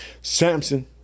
Samson